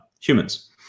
humans